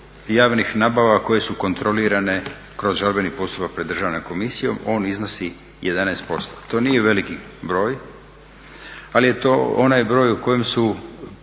javnih nabava koje su kontrolirane kroz žalbeni postupak pred Državnom komisijom. On iznosi 11%. To nije veliki broj, ali je to onaj broj o kojem su